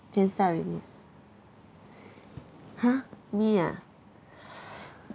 can start already !huh! me ah